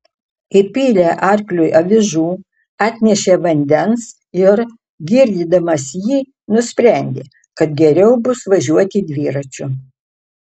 įpylė arkliui avižų atnešė vandens ir girdydamas jį nusprendė kad geriau bus važiuoti dviračiu